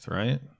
right